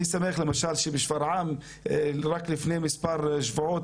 אני שמח למשל שבשפרעם רק לפני מספר שבועות